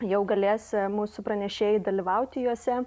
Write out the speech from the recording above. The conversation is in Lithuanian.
jau galės mūsų pranešėjai dalyvauti juose